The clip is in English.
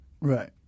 right